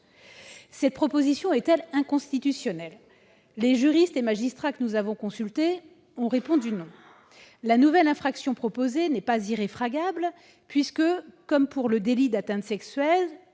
Cette proposition est-elle inconstitutionnelle ? Les juristes et magistrats que nous avons consultés ont répondu non. La nouvelle infraction proposée n'est pas irréfragable, puisque, comme pour le délit d'atteinte sexuelle,